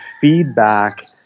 feedback